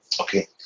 Okay